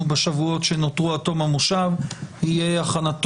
בשבועות שנותרו עד תום המושב יהיה הכנת